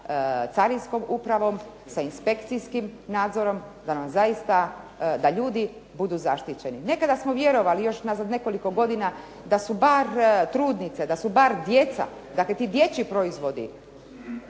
carinskom upravom, sa inspekcijskim nadzorom, da nam zaista, da ljudi budu zaštićeni. Nekada smo vjerovali još unazad nekoliko godina da su bar trudnice, da su bar djeca, dakle ti dječji proizvodi,